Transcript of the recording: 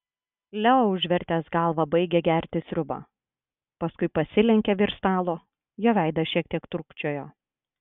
leo užvertęs galvą baigė gerti sriubą paskui pasilenkė virš stalo jo veidas šiek tiek trūkčiojo